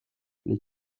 les